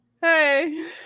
hey